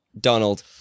Donald